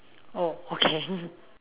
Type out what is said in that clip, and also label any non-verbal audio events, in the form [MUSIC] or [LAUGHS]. oh okay [LAUGHS]